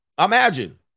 Imagine